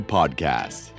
Podcast